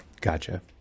Gotcha